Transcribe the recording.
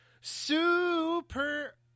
super